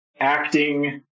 acting